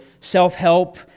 self-help